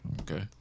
Okay